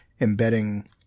embedding